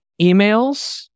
emails